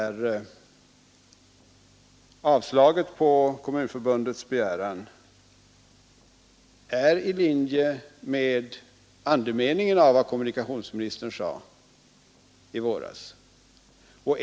anslagen till avslaget på Kommunförbundets begäran är i linje med andemeningen av vad kommunikationsministern sade i våras.